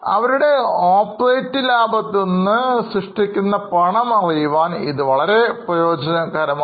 അവരുടെ പ്രവർത്തന ലാഭത്തിൽ നിന്ന് സൃഷ്ടിക്കുന്ന പണം അറിയാൻ ഇത് വളരെ ഉപകാരപ്രദമാണ്